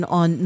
on